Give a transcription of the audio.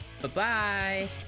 Bye-bye